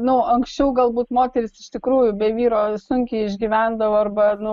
nu anksčiau galbūt moterys iš tikrųjų be vyro sunkiai išgyvendavo arba nu